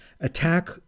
attack